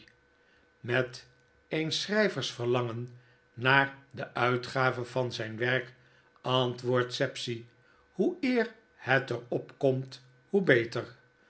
met eens schrijvers verlangen naar de uitgave van zijn werk antwoordt sapsea hoe eer het er op komt hoe beter